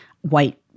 white